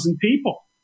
people